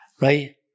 right